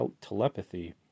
telepathy